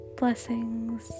blessings